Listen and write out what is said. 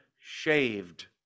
shaved